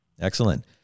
Excellent